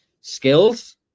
skills